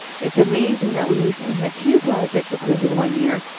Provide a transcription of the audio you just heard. it's amazing that we recently had two projects approved in one year.